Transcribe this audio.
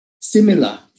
similar